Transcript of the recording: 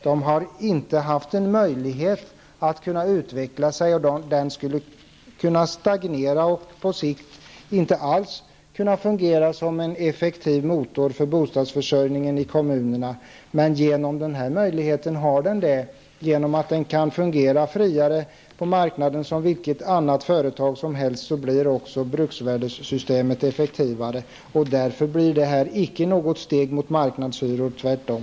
Man har inte haft en möjlighet att utveckla sig. Allmännyttan hade stagnerat och på sikt inte alls kunnat fungera som en effektiv motor för bostadsförsörjningen i kommunerna. Men genom denna ändring får allmännyttan denna möjlighet. Den kan fungera friare på marknaden som vilket annat företag som helst, och därmed blir bruksvärdesystemet också effektivare. Detta är därför inte något steg mot marknadshyror, tvärtom.